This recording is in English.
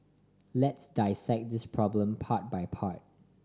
let's dissect this problem part by part